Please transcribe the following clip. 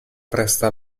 presta